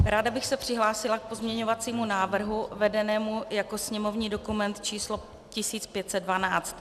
Ráda bych se přihlásila k pozměňovacímu návrhu vedenému jako sněmovní dokument číslo 1512.